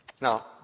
Now